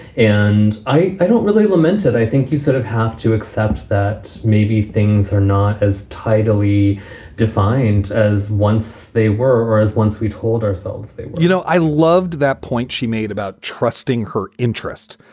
and i don't really lamented i think you sort of have to accept that maybe things are not as tightly defined as once they were or as once we told ourselves you know, i loved that point she made about trusting her interest,